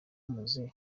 muzehe